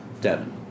Devin